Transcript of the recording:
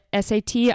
SAT